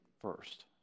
first